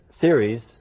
series